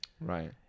right